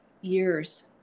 years